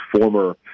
former